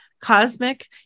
cosmic